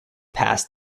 pass